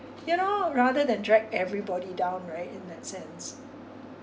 you know rather than drag everybody down right in that sense